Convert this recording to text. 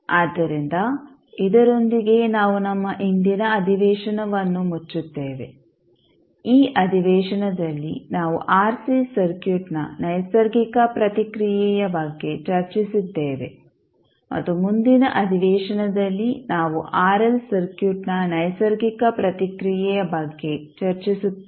ಆದ್ದರಿಂದ ಇದರೊಂದಿಗೆ ನಾವು ನಮ್ಮ ಇಂದಿನ ಅಧಿವೇಶನವನ್ನು ಮುಚ್ಚುತ್ತೇವೆ ಈ ಅಧಿವೇಶನದಲ್ಲಿ ನಾವು ಆರ್ಸಿ ಸರ್ಕ್ಯೂಟ್ನ ನೈಸರ್ಗಿಕ ಪ್ರತಿಕ್ರಿಯೆಯ ಬಗ್ಗೆ ಚರ್ಚಿಸಿದ್ದೇವೆ ಮತ್ತು ಮುಂದಿನ ಅಧಿವೇಶನದಲ್ಲಿ ನಾವು ಆರ್ಎಲ್ ಸರ್ಕ್ಯೂಟ್ನ ನೈಸರ್ಗಿಕ ಪ್ರತಿಕ್ರಿಯೆಯ ಬಗ್ಗೆ ಚರ್ಚಿಸುತ್ತೇವೆ